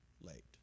late